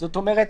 זאת אומרת,